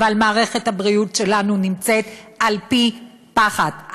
אבל מערכת הבריאות שלנו נמצאת על פי פחת,